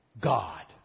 God